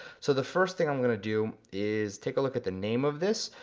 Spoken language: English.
so the first thing i'm gonna do is take a look at the name of this.